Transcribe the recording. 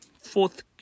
fourth